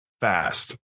fast